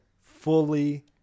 fully